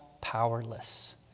powerless